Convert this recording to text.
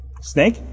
Snake